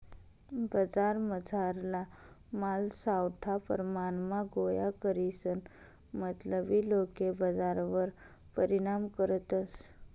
बजारमझारला माल सावठा परमाणमा गोया करीसन मतलबी लोके बजारवर परिणाम करतस